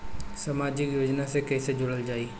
समाजिक योजना से कैसे जुड़ल जाइ?